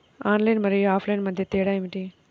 Online మరియు offline మధ్య తేడా ఏమిటీ?